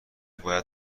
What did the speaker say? باید